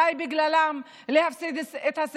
על היעדרויות שהן צריכים אולי בגללן להפסיד את הסמסטר